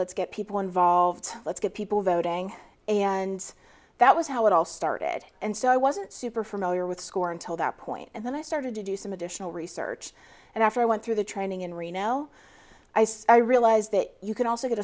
let's get people involved let's get people voting and that was how it all started and so i wasn't super familiar with score until that point and then i started to do some additional research and after i went through the training in reno i realized that you can also get